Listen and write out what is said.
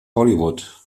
hollywood